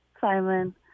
Simon